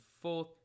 fourth